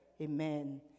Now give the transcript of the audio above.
amen